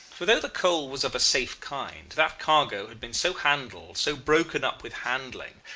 for though the coal was of a safe kind, that cargo had been so handled, so broken up with handling,